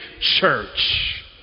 church